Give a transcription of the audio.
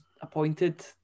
appointed